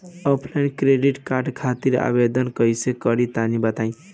Offline credit card खातिर आवेदन कइसे करि तनि बताई?